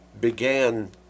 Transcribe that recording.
began